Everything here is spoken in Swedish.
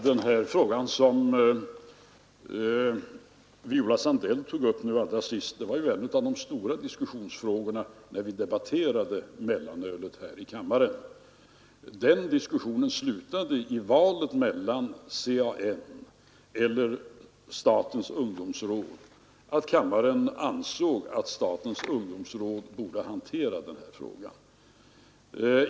Herr talman! Den fråga som Viola Sandell tog upp allra sist var ett av de stora diskussionsämnena när vi debatterade mellanölet här i kammaren. Den diskussionen slutade i valet mellan CAN eller statens ungdomsråd, och kammaren ansåg att statens ungdomsråd borde hantera den här frågan.